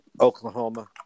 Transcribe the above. Oklahoma